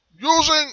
using